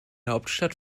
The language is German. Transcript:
hauptstadt